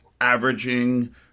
averaging